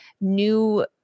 new